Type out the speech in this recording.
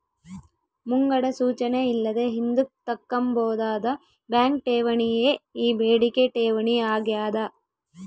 ಮುಂಗಡ ಸೂಚನೆ ಇಲ್ಲದೆ ಹಿಂದುಕ್ ತಕ್ಕಂಬೋದಾದ ಬ್ಯಾಂಕ್ ಠೇವಣಿಯೇ ಈ ಬೇಡಿಕೆ ಠೇವಣಿ ಆಗ್ಯಾದ